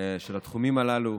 של התחומים הללו.